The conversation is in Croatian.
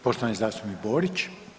Poštovani zastupnik Borić.